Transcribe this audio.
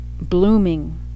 blooming